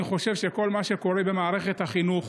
אני חושב שכל מה שקורה במערכת החינוך,